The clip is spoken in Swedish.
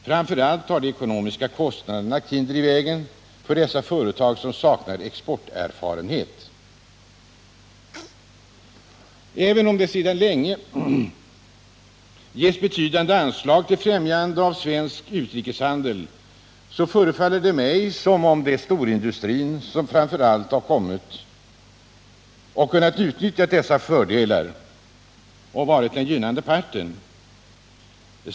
Först och främst har kostnaderna lagt hinder i vägen för dessa företag, som saknar exporterfarenhet. Även om det sedan länge ges betydande ekonomiska anslag till främjande av svensk utrikeshandel, förefaller det mig som om framför allt den svenska storindustrin har kunnat utnyttja dessa fordelar och varit den gynnade parten.